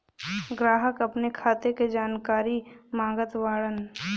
ग्राहक अपने खाते का जानकारी मागत बाणन?